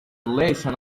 elation